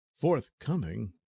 forthcoming